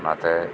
ᱚᱱᱟᱛᱮ